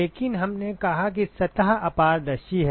लेकिन हमने कहा कि सतह अपारदर्शी है